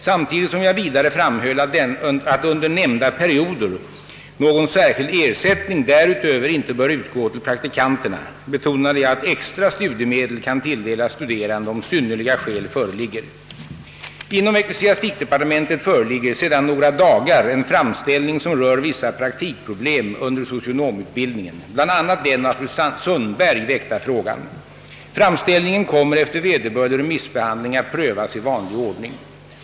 Samtidigt som jag vidare framhöll, att under nämnda perioder någon särskild ersättning därutöver inte bör utgå till praktikanterna, betonade jag, att extra studiemedel kan tilldelas studerande, om synnerliga skäl föreligger. Inom ecklesiastikdepartementet föreligger sedan några dagar en framställning som rör vissa praktikproblem under socionomutbildningen, bl.a. den av fru Sundberg väckta frågan. Framställningen kommer efter vederbörlig remissbehandling att prövas i vanlig ordning.